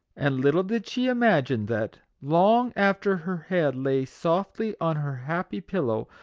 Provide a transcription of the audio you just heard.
and little did she imagine that, long after her head lay softly on her happy pillow,